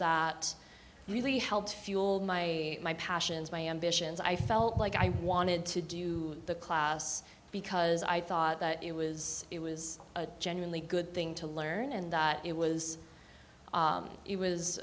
that really helped fuel my my passions my ambitions i felt like i wanted to do the class because i thought that it was it was a genuinely good thing to learn and it was it was